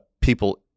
people